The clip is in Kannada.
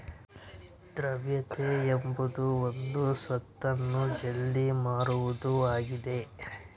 ದ್ರವ್ಯತೆ ಎಂಬುದು ಒಂದು ಸ್ವತ್ತನ್ನು ಜಲ್ದಿ ಮಾರುವುದು ಆಗಿದ